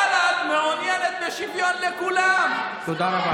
דמוקרטיה, בל"ד מעוניינת בשוויון לכולם, תודה רבה.